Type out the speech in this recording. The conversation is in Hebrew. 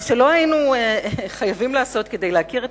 מה שלא היינו חייבים לעשות כדי להכיר את